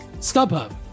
StubHub